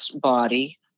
body